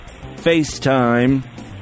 FaceTime